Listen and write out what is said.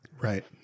Right